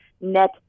net